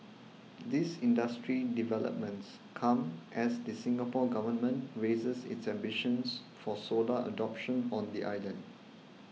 these industry developments come as the Singapore Government raises its ambitions for solar adoption on the island